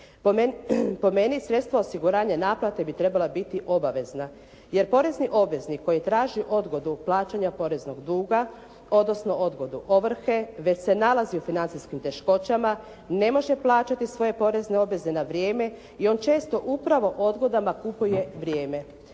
Po meni sredstva osiguranja naplate bi trebala biti obavezna jer porezni obveznik koji traži odgodu plaćanja poreznog duga odnosno odgodu ovrhe već se nalazi u financijskim teškoćama ne može plaćati svoje porezne obveze na vrijeme i on često upravo odgodama kupuje vrijeme.